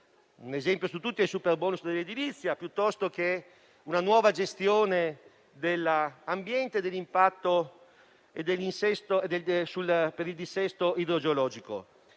Un esempio su tutti è il super bonus per l'edilizia, o una nuova gestione dell'ambiente, dell'impatto e del dissesto idrogeologico.